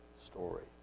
story